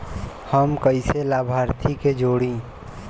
हम कइसे लाभार्थी के जोड़ी?